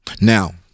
Now